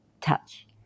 touch